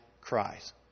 cries